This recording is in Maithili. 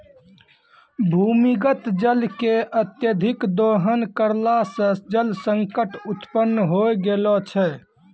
भूमीगत जल के अत्यधिक दोहन करला सें जल संकट उत्पन्न होय गेलो छै